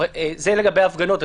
זה לגבי הפגנות.